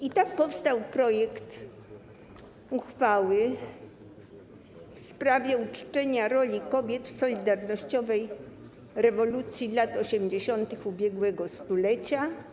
I tak powstał projekt uchwały w sprawie uczczenia roli kobiet w solidarnościowej rewolucji lat 80-tych ubiegłego stulecia.